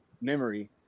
memory